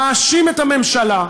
מאשים את הממשלה,